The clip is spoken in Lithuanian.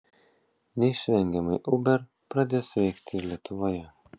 neišvengiamai uber pradės veikti ir lietuvoje